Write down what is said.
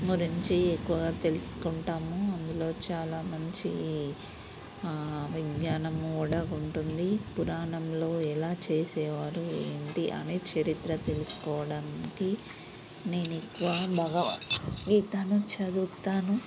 గురించి ఎక్కువగా తెలుసుకుంటాము అందులో చాలా మంచి విజ్ఞానం కూడా ఉంటుంది పురాణంలో ఎలా చేసేవారు ఏంటి అని చరిత్ర తెలుసుకోవడం వంటి నేను ఎక్కువ భగవద్గీతను చదువుతాను